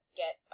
get